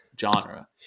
genre